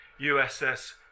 USS